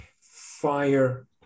fire